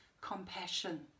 compassion